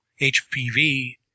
HPV